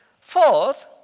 Fourth